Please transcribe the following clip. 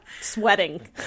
sweating